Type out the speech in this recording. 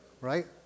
right